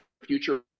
future